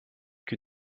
que